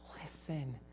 listen